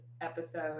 episode